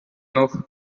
noch